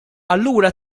allura